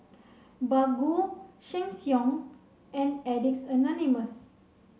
Baggu Sheng Siong and Addicts Anonymous